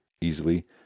easily